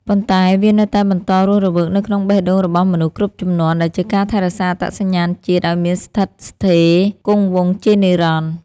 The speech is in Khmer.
ប៉ុន្តែវានៅតែបន្តរស់រវើកនៅក្នុងបេះដូងរបស់មនុស្សគ្រប់ជំនាន់ ដែលជាការថែរក្សាអត្តសញ្ញាណជាតិឱ្យមានស្ថិតស្ថេរគង់វង្សជានិរន្តរ៍។